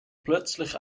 plötzlich